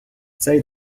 цей